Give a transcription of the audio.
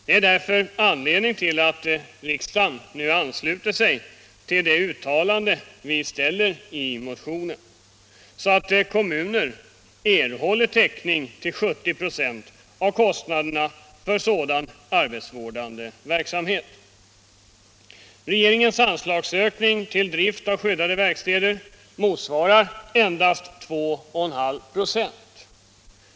Det finns därför anledning för riksdagen att ansluta sig till det yrkande vi framställer i motionen, så att kommunerna erhåller bidrag till 70 26 av kostnaderna för sådan arbetsvårdande verksamhet. Regeringens ökning av anslaget till drift av skyddade verkstäder motsvarar endast 2,5 26.